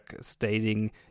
stating